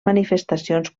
manifestacions